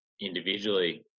individually